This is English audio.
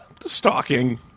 stalking